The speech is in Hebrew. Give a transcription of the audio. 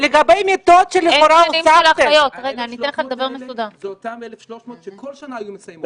לגבי מיטות שלכאורה הוספתם --- זה אותם 1,300 שכל שנה היו מסיימות.